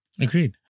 Agreed